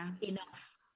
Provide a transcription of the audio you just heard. enough